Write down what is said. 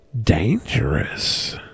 dangerous